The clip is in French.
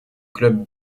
club